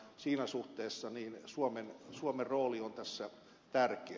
siinä suhteessa suomen rooli on tässä tärkeä